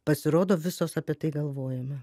pasirodo visos apie tai galvojome